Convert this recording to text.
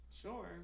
Sure